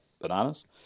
bananas